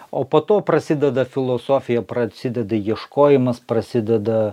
o po to prasideda filosofija prasideda ieškojimas prasideda